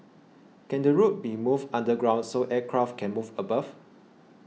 can the road be moved underground so aircraft can move above